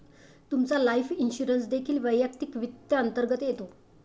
तुमचा life insurance देखील वैयक्तिक वित्त अंतर्गत येतो